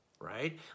Right